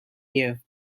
you